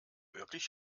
wirklich